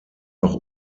noch